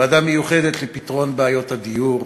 ועדה מיוחדת לפתרון בעיות הדיור,